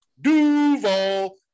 Duval